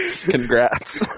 Congrats